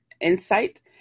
insight